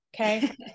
Okay